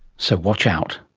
so watch out.